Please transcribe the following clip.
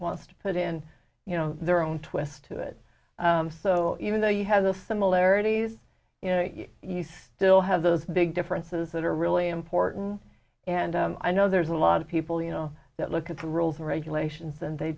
wants to put in you know their own twist to it so even though you have the similarities you still have those big differences that are really important and i know there's a lot of people you know that look at the rules and regulations and they